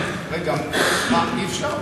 מה, אי-אפשר?